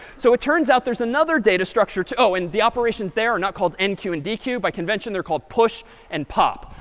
so it turns out there's another data structure too oh, and the operations there are not called enqueue and dequeue. by convention they're called push and pop,